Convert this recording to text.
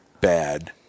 bad